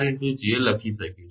𝐺𝑎 લખી શકીએ છીએ